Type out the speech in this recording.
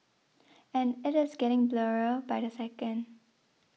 and it is getting blurrier by the second